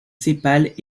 sépales